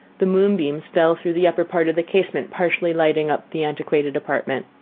the moonbeams fell through the upper part of the casement, partially lighting up the antiquated apartment.